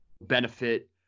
benefit